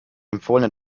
empfohlene